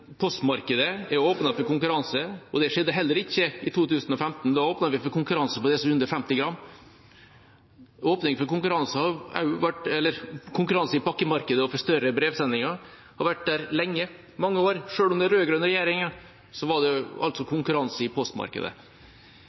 for konkurranse, og det skjedde heller ikke i 2015, da åpnet vi for konkurranse om det som er under 50 gram. Konkurranse i pakkemarkedet og om større brevsendinger har vært der lenge, i mange år – selv under den rød-grønne regjeringa var det konkurranse i postmarkedet.